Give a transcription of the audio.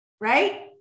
right